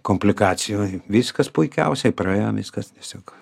komplikacijų viskas puikiausiai praėjo viskas tiesiog